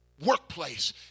workplace